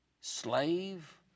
slave